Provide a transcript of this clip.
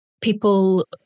People